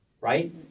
Right